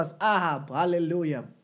Hallelujah